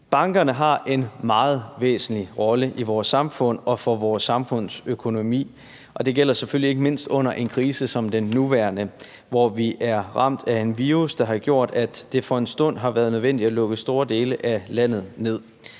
Bankerne har en meget væsentlig rolle i vores samfund og for vores samfundsøkonomi, og det gælder selvfølgelig ikke mindst under en krise som den nuværende, hvor vi er ramt af en virus, der har gjort, at det for en stund har været nødvendigt at lukke store dele af landet ned.